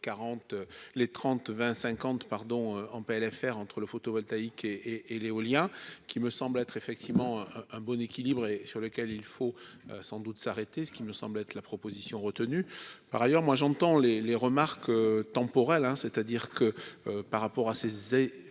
on peut aller faire entre le photovoltaïque et et et l'éolien qui me semble être effectivement un, un bon équilibre et sur lequel il faut sans doute s'arrêter. Ce qui me semble être la proposition retenue par ailleurs moi j'entends les les remarque temporelle hein c'est-à-dire que par rapport à ses et ces